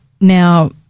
Now